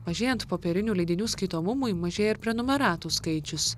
mažėjant popierinių leidinių skaitomumui mažėja ir prenumeratų skaičius